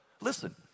listen